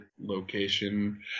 location